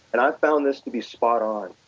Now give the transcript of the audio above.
and i found this to be spot on.